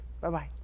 Bye-bye